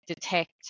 detect